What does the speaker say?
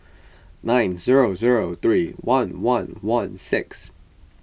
nine zero zero three one one one six